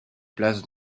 place